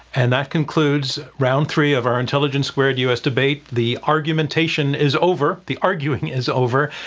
and that concludes round three of our intelligence squared u. s. debate. the argumentation is over, the arguing is over,